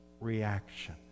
reaction